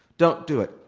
don't do it.